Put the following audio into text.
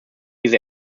diese